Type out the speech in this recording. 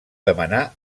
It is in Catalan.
demanar